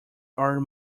are